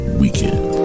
weekend